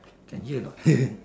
can hear anot